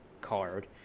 card